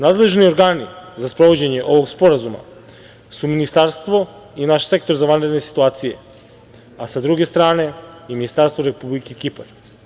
Nadležni organi za sprovođenje ovog sporazuma su ministarstvo i naš Sektor za vanredne situacije, a sa druge strane i Ministarstvo Republike Kipar.